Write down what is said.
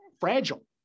fragile